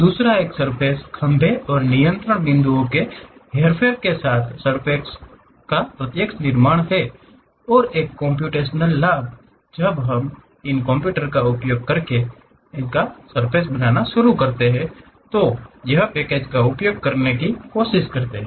दूसरा एक सर्फ़ेस खंभे और नियंत्रण बिंदुओं के हेरफेर के साथ सर्फ़ेस का प्रत्यक्ष निर्माण है और एक कम्प्यूटेशनल लाभ जब लोग इन कंप्यूटरों का उपयोग करना शुरू कर देते हैं या पैकेज का उपयोग करने की कोशिश करते हैं